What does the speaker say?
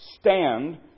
stand